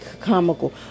comical